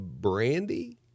Brandy